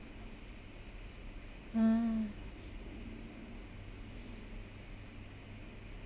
mm